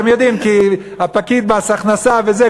אתם יודעים: הפקיד במס הכנסה וזה,